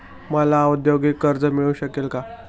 मला औद्योगिक कर्ज मिळू शकेल का?